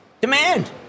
Demand